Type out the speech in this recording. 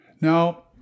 Now